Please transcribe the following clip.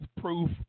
proof